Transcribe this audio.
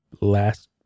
last